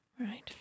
right